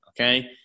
okay